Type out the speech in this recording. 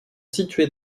situés